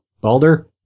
Balder